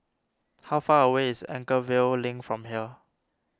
how far away is Anchorvale Link from here